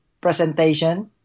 presentation